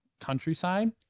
countryside